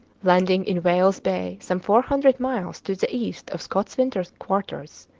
landing in whales bay some four hundred miles to the east of scott's winter quarters,